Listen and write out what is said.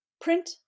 Print